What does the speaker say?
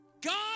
God